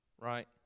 right